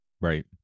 Right